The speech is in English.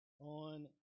on